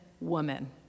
woman